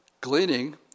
gleaning